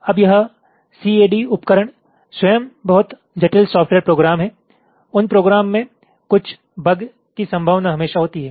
अब यह सीएडी उपकरण स्वयं बहुत जटिल सॉफ्टवेयर प्रोग्राम हैं उन प्रोग्राम में कुछ बग की संभावना हमेशा होती है